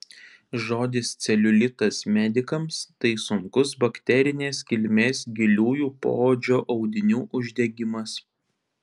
žodis celiulitas medikams tai sunkus bakterinės kilmės giliųjų poodžio audinių uždegimas